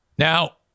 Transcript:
Now